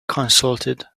consulted